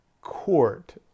court